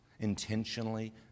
intentionally